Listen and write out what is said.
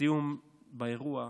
סיום האירוע,